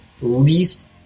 least